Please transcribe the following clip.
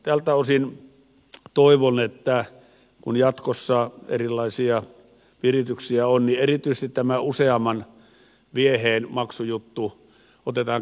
tältä osin toivon että kun jatkossa erilaisia virityksiä on niin erityisesti tämä useamman vieheen maksujuttu otetaan käyttöön